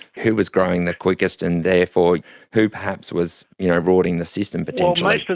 who was growing the quickest, and therefore who perhaps was you know rorting the system potentially. but